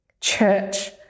Church